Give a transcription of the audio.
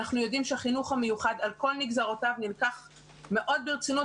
אנחנו יודעים שהחינוך המיוחד על כל נגזרותיו נלקח מאוד ברצינות,